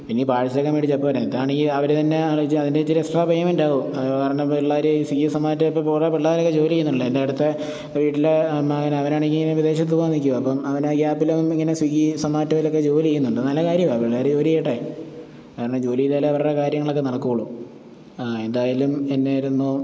ഇനി പാഴ്സല് മേടിച്ചാൽ പോരെ അതാണെങ്കിൽ അവർ തന്നെ ആലോചിച്ച് അതിൻ്റെ ഇച്ചിരി എക്സ്ട്രാ പേയ്മെൻ്റാകും കാരണം ഈ പിള്ളേർ സ്വിഗഗി സൊമാറ്റോ ഒക്കെ പോണ പിള്ളേരൊക്കെ ജോലി ചെയ്യുന്നുണ്ടല്ലോ എൻ്റെ അടുത്ത് ഒരു വീട്ടിലെ മകൻ അവനാണെങ്കിൽ വിദേശത്ത് പോകാൻ നിൽക്കുവാണ് അപ്പം അവൻ ആ ഗ്യാപ്പിലാണെങ്കിൽ ഇങ്ങനെ ഈ സ്വിഗ്ഗി സൊമാറ്റോയിലൊക്കെ ജോലി ചെയ്യുന്നുണ്ട് നല്ല കാര്യമാണ് പിള്ളേർ ജോലി ചെയ്യട്ടെ കാരണം ജോലി ചെയ്താലേ അവരുടെ കാര്യങ്ങളൊക്കെ നടക്കുകയുള്ളൂ ആ എന്തായാലും എന്നായിരുന്നു